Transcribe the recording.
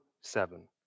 seven